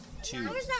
two